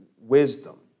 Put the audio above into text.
wisdom